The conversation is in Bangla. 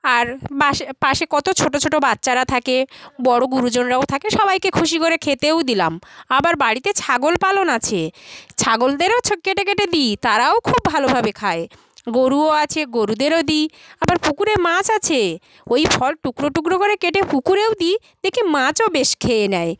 আর বাসে পাশে কত ছোটো ছোটো বাচ্চারা থাকে বড় গুরুজনরাও থাকে সবাইকে খুশি করে খেতেও দিলাম আবার বাড়িতে ছাগল পালন আছে ছাগলদেরও কেটে কেটে দিই তারাও খুব ভালোভাবে খায় গোরুও আছে গোরুদেরও দিই আবার পুকুরে মাছ আছে ওই ফল টুকরো টুকরো করে কেটে পুকুরেও দিই দেখি মাছও বেশ খেয়ে নেয়